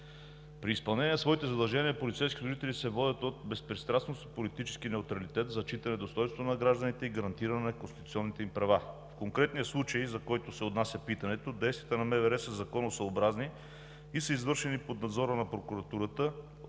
При изпълнение на своите задължения полицейските служители се водят от безпристрастност, политически неутралитет, зачитане на достойнството на гражданите и гарантиране на конституционните им права. В конкретния случай, за който се отнася питането, действията на МВР са законосъобразни и са извършени под надзора на прокуратурата